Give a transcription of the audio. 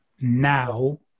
now